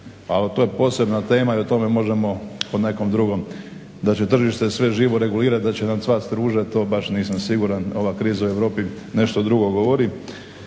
ali to je posebna tema i o tome možemo u nekom drugom, da će tržište sve živo regulirati i da će nam cvasti ruže to baš nisam siguran. Ova kriza u Europi nešto drugo govori.